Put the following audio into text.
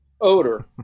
odor